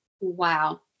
Wow